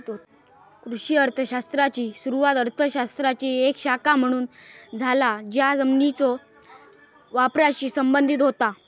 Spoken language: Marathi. कृषी अर्थ शास्त्राची सुरुवात अर्थ शास्त्राची एक शाखा म्हणून झाला ज्या जमिनीच्यो वापराशी संबंधित होता